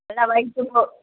எதாது வயிற்றுக்கு